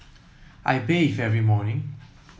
I bathe every morning